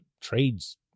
Trades